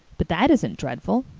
but that isn't dreadful.